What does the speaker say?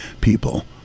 people